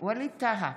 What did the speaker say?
ווליד טאהא,